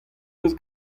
deus